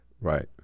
Right